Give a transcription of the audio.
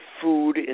food